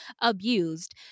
abused